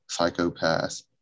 psychopaths